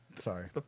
Sorry